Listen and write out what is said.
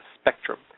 spectrum